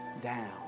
down